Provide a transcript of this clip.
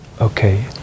Okay